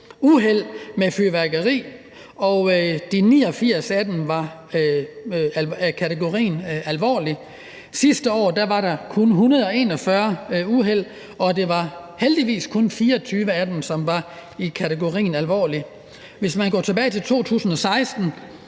uheld med fyrværkeri, og de 89 af dem var i kategorien alvorlig. Sidste år var der kun 141 uheld, og det var heldigvis kun 24 af dem, som var i kategorien alvorlig. Hvis man går tilbage til 2016,